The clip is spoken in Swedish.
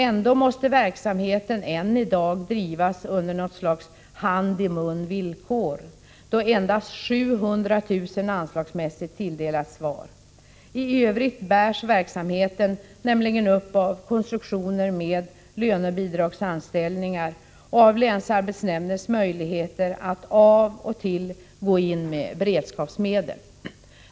Ändå måste verksamheten än i dag drivas under något slags ”ur-hand-i-mun-villkor”, då endast 700 000 kr. anslagsmässigt tilldelats SVAR. I övrigt bärs verksamheten nämligen upp av konstruktioner med lönebidragsanställningar och av länsarbetsnämndens möjligheter att av och till gå in med beredskapsmedel.